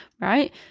right